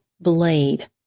blade